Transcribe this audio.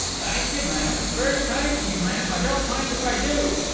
thank you, ma'am. it's very kind of you, ma'am. i don't mind if i do.